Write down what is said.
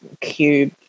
cube